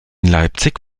leipzig